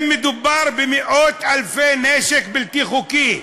אם מדובר במאות-אלפי כלי נשק בלתי חוקיים,